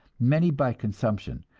many by consumption,